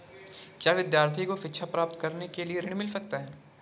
क्या विद्यार्थी को शिक्षा प्राप्त करने के लिए ऋण मिल सकता है?